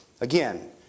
Again